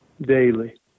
daily